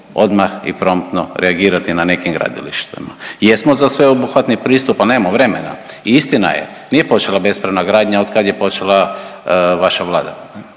odmah i promptno reagirati na nekim gradilištima. Jesmo za sveobuhvatni pristup, a nemamo vremena i istina je, nije počela bespravna gradnja otkad je počela vaša Vlada,